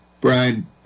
Brian